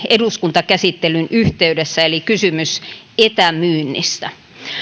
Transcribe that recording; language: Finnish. eduskuntakäsittelyn yhteydessä eli kysymys etämyynnistä